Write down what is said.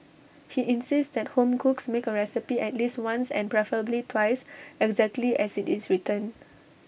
he insists that home cooks make A recipe at least once and preferably twice exactly as IT is written